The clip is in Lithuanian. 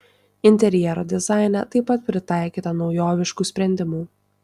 interjero dizaine taip pat pritaikyta naujoviškų sprendimų